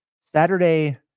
Saturday